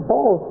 Paul